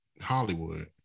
Hollywood